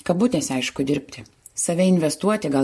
kabutėse aišku dirbti save investuoti gal